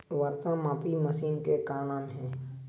वर्षा मापी मशीन के का नाम हे?